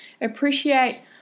Appreciate